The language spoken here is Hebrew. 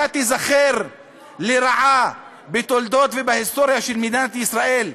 אתה תיזכר לרעה בתולדות ובהיסטוריה של מדינת ישראל,